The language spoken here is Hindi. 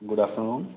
good afternoon